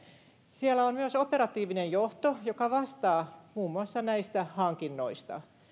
siellä on myös operatiivinen johto joka vastaa muun muassa näistä hankinnoista